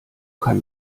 kann